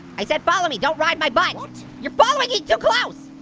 i said follow me, don't ride my butt. you're following me too close.